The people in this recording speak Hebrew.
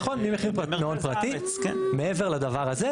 נכון ממעון פרטי, מעבר לדבר הזה.